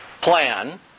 plan